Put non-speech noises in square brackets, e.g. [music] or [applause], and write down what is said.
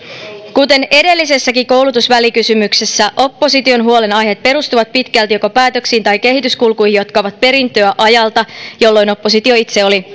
kuten edellisessäkin koulutusvälikysymyksessä opposition huolenaiheet perustuvat pitkälti joko päätöksiin tai kehityskulkuihin jotka ovat perintöä ajalta jolloin oppositio itse oli [unintelligible]